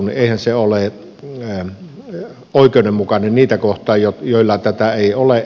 eihän se ole oikeudenmukainen niitä kohtaan joilla tätä ei ole